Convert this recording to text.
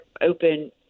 open